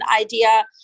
idea